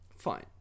fine